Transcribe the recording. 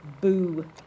Boo